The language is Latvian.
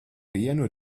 vienu